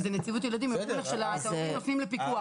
היא אומרת שאת ההורים מפנים לפיקוח.